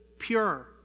Pure